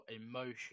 emotion